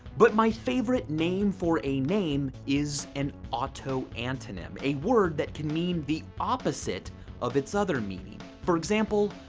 but my favorite name for a name is an autoantonym. a word that can mean the opposite of its other meaning. for example,